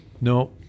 No